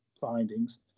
findings